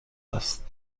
است